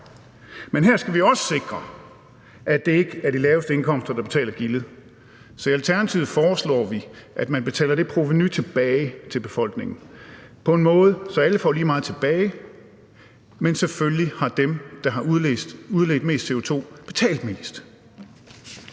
Men her skal vi også sikre, at det ikke er de laveste indkomster, der betaler gildet, så i Alternativet foreslår vi, at man betaler det provenu tilbage til befolkningen på en måde, så alle får lige meget tilbage, men selvfølgelig har dem, der har udledt mest CO2, betalt mest.